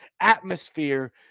atmosphere